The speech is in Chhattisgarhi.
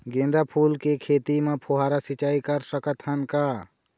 गेंदा फूल के खेती म फव्वारा सिचाई कर सकत हन का?